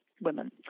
women